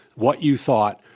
what you thought,